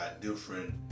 different